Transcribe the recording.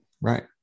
Right